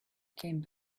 came